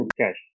cash